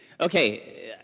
Okay